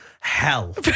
hell